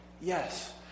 Yes